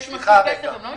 יש מספיק כסף, הם לא משתמשים.